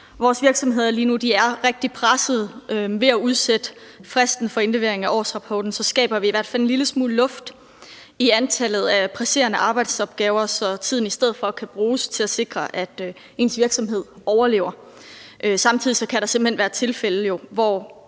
Vores virksomheder lige nu er rigtig pressede. Ved at udsætte fristen for indlevering af årsrapporten skaber vi i hvert fald en lille smule luft i antallet af presserende arbejdsopgaver, så tiden i stedet for kan bruges til at sikre, at ens virksomhed overlever. Samtidig kan der jo simpelt hen være tilfælde, hvor